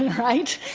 and right?